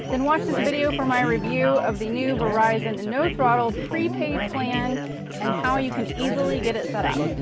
then watch this video for my review of the new verizon no-throttle prepaid plan and how you can easily get it set up.